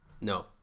no